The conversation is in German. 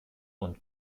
und